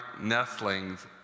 nestlings